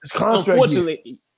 unfortunately